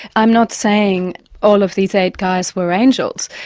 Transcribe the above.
i'm not saying all of these eight guys were angels,